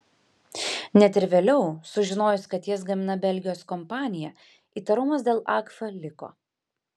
net ir vėliau sužinojus kad jas gamina belgijos kompanija įtarumas dėl agfa liko